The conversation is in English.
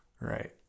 right